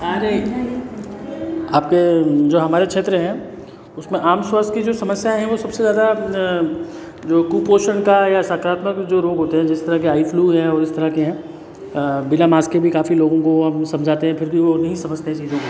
आपके जो हमारे क्षेत्र हैं उसमें आम स्वास्थय की जो समस्या है वह सबसे ज़्यादा जो कुपोषण का या सकारात्मक जो रोग होते हैं जिस तरह के आई फ्लू है और इस तरह के हैं बिना मास्क के भी काफी लोगों को हम समझाते हैं फिर भी वह नहीं समझते हैं चीज़ों को